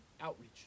outreach